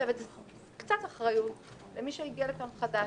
קצת אחריות למי שמגיע לכאן כחדש,